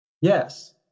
Yes